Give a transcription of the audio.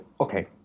okay